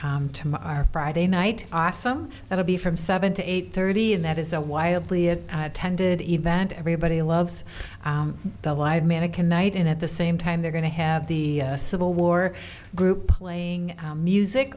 our friday night awesome going to be from seven to eight thirty and that is a wildly it attended event everybody loves the live manikin night and at the same time they're going to have the civil war group playing music